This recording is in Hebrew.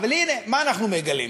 אבל הנה, מה אנחנו מגלים?